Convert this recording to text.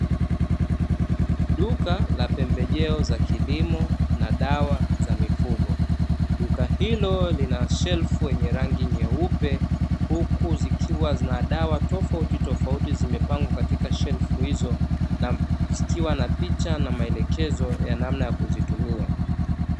Duka la pembejeo za kilimo na dawa za mifugo, duka hilo lina shelfu zenye rangi nyeupe, huku zikiwa na dawa tofauti tofauti zilizopangwa katika shelfu hizo na zikiwa na picha na maelekezo ya namna ya kuzitumia.